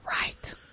Right